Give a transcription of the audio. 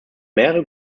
mehrere